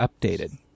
updated